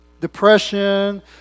Depression